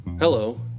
Hello